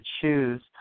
choose